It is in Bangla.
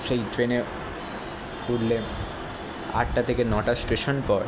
সেই ট্রেনে উঠলে আটটা থেকে নটা স্টেশান পর